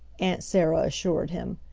aunt sarah assured him.